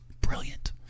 Brilliant